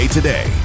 today